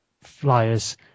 flyers